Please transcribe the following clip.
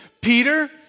Peter